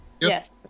Yes